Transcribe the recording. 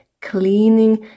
cleaning